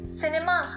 cinema